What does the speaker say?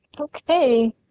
Okay